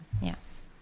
Yes